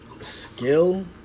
skill